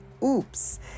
Oops